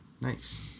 Nice